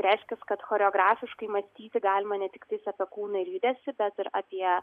reiškias kad choreografiškai mąstyti galima ne tiktais apie kūną ir judesį bet ir apie